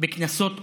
בכנסות קודמות.